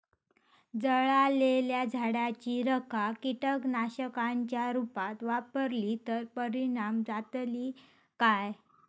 जळालेल्या झाडाची रखा कीटकनाशकांच्या रुपात वापरली तर परिणाम जातली काय?